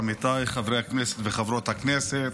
עמיתיי חברי הכנסת וחברות הכנסת,